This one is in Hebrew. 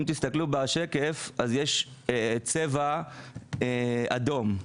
אם תסתכלו בשקף יש צבע אדום,